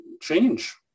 change